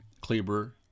Kleber